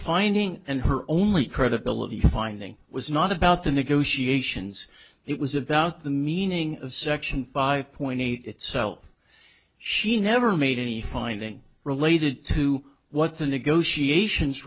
finding and her only credibility finding was not about the negotiations it was about the meaning of section five point eight itself she never made any finding related to what the negotiations